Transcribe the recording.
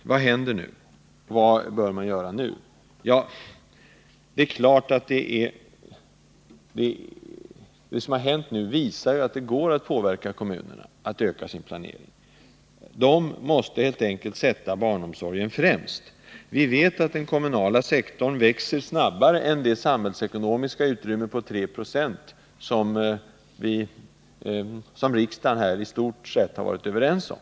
Nå, vad bör man göra nu? Jag tycker att det som har hänt hittills visar, att det går att påverka kommunerna att öka sin planering. Och de måste helt enkelt sätta barnomsorgen främst. Vi vet att den kommunala sektorn växer snabbare än det samhällsekonomiska utrymme på 3 26 som riksdagen i stort sett har varit överens om.